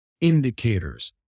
indicators